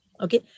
Okay